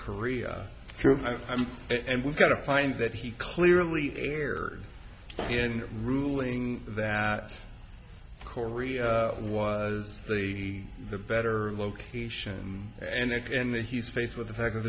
korea and we've got to find that he clearly aired in ruling that korea was the the better location and in that he's faced with the fact that